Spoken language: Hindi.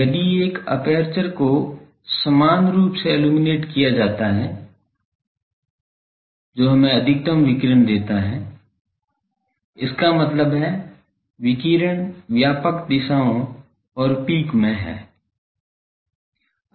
यदि एक एपर्चर को समान रूप से इल्लुमिनेट किया जाता है जो हमें अधिकतम विकिरण देता है इसका मतलब है विकिरण व्यापक दिशाओं और पीक में है